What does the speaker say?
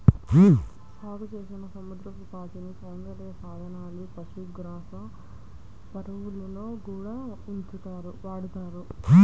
సాగుచేసిన సముద్రపు పాచిని సౌందర్య సాధనాలు, పశుగ్రాసం, ఎరువుల్లో గూడా వాడతన్నారు